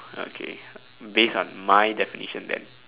okay based on my definition then